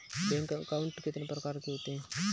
Bank account कितने प्रकार के होते हैं?